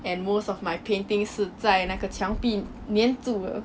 and most of my painting 是在那个墙壁黏住的